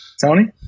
Tony